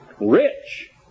rich